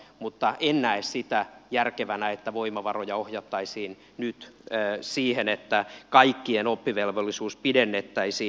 mutta en näe sitä järkevänä että voimavaroja ohjattaisiin nyt siihen että kaikkien oppivelvollisuutta pidennettäisiin